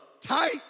tight